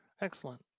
Excellent